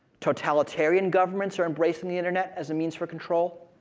totalitarian governments are embracing the internet as a means for control.